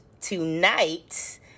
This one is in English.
tonight